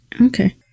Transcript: okay